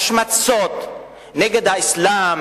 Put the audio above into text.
ההשמצות נגד האסלאם,